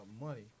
money